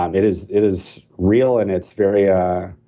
um it is it is real and it's very ah